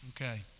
Okay